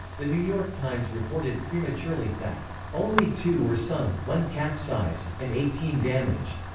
the new york times reported, prematurely, that only two were sunk, one capsized, and eighteen damaged.